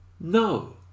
No